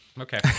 Okay